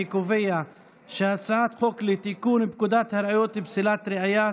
אני קובע שהצעת חוק לתיקון פקודת הראיות (פסילת ראיה),